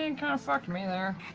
and kind of fucked me there.